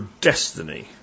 destiny